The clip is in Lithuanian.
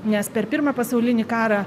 nes per pirmą pasaulinį karą